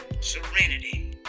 serenity